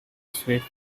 swifts